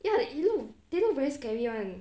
ya it look they look very scary [one]